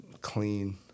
clean